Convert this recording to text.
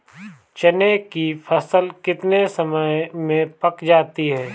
चने की फसल कितने समय में पक जाती है?